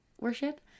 worship